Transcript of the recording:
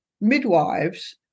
midwives